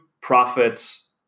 profits